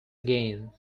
again